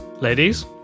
ladies